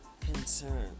concern